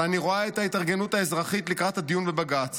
ואני רואה את ההתארגנות האזרחית לקראת הדיון בבג"ץ